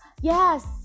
yes